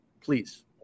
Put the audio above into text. Please